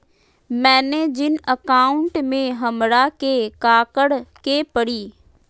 मैंने जिन अकाउंट में हमरा के काकड़ के परी?